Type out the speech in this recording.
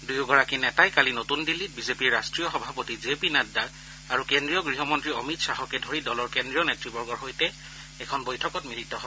দুয়োগৰাকী নেতোই কালি নতন দিল্লীত বিজেপিৰ ৰাষ্টীয় সভাপতি জে পি নাড্ডা আৰু কেন্দ্ৰীয় গৃহমন্ত্ৰী অমিত শ্বাহকে ধৰি দলৰ কেন্দ্ৰীয় নেতৃবৰ্গৰ সৈতে এখন বৈঠকত মিলিত হয়